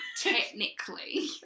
technically